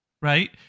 right